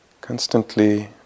constantly